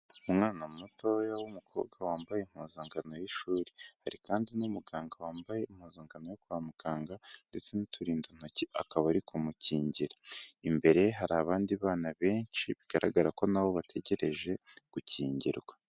Umwana mutoya w'umukobwa wambaye impuzankano y'ishuri, hari kandi n'umuganga wambaye impuzankano yo kwa muganga ndetse n'uturindantoki akaba ari kumukingira, imbere hari abandi bana benshi bigaragara ko nabo bategereje gukingirwa.